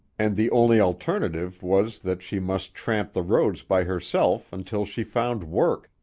and the only alternative was that she must tramp the roads by herself until she found work,